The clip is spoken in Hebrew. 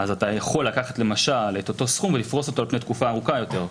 אתה יכול לקחת למשל את אותו סכום ולפרוס אותו על פני תקופה ארוכה יותר.